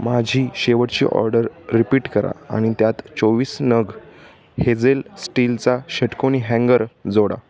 माझी शेवटची order repeat करा आणि त्यात चोवीस नग हेझेल स्टीलचा षटकोनी हँगर जोडा